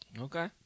Okay